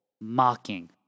Mocking